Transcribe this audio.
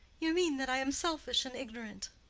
you mean that i am selfish and ignorant.